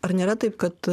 ar nėra taip kad